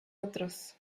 otros